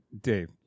Dave